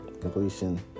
completion